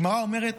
הגמרא אומרת: